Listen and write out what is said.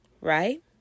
Right